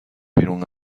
بیرون